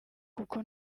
kuko